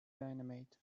dynamite